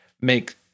make